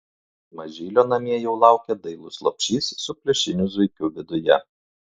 mažylio namie jau laukia dailus lopšys su pliušiniu zuikiu viduje